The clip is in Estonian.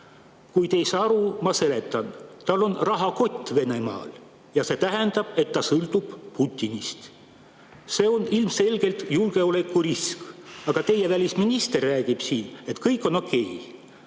Kui te ei saa aru, siis ma seletan. Tal on Venemaal rahakott ja see tähendab, et ta sõltub Putinist. See on ilmselgelt julgeolekurisk. Aga teie välisminister räägib siin, et kõik on okei.